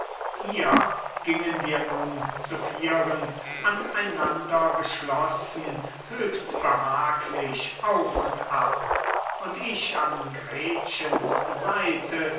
hier gingen wir nun zu vieren aneinander geschlossen höchst behaglich auf und ab und ich an gretchens seite